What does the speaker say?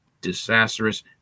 disastrous